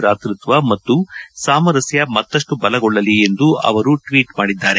ಭ್ರಾತೃತ್ವ ಮತ್ತು ಸಾಮರಸ್ಕ ಮತ್ತಷ್ಟು ಬಲಗೊಳ್ಳಲಿ ಎಂದು ಅವರು ಟ್ವೀಟ್ ಮಾಡಿದ್ದಾರೆ